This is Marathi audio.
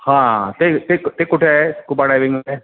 हां ते ते ते कुठे आहे स्कुबा डायविंग वगैरे